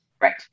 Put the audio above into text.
Right